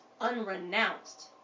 unrenounced